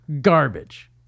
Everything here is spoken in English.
Garbage